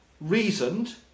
reasoned